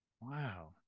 wow